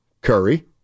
Curry